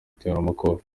iteramakofe